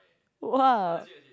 !wah!